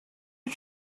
did